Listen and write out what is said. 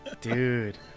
Dude